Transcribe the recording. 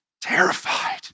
terrified